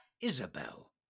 Isabel